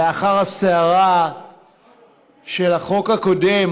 לאחר הסערה של החוק הקודם,